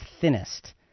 thinnest